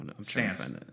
stance